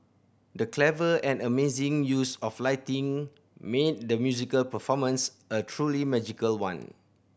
the clever and amazing use of lighting made the musical performance a truly magical one